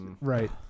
Right